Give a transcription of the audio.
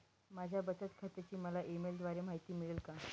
माझ्या बचत खात्याची मला ई मेलद्वारे माहिती मिळेल का?